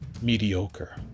Mediocre